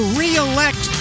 re-elect